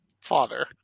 father